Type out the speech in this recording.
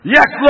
Yes